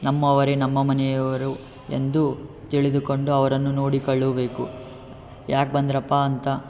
ನಮ್ಮವರೆ ನಮ್ಮ ಮನೆಯವರು ಎಂದು ತಿಳಿದುಕೊಂಡು ಅವರನ್ನು ನೋಡಿಕಳ್ಳಬೇಕು ಯಾಕೆ ಬಂದರಪ್ಪಾ ಅಂತ